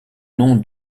nom